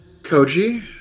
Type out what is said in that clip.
koji